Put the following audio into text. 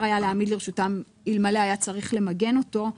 היה להעמיד לרשותם אלמלא היה צריך למגן אותו,